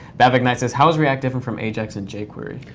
bavick knight says how is react different from ajax and jquery?